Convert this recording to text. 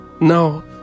Now